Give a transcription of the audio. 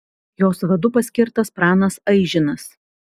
jos vadu paskirtas pranas aižinas